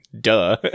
duh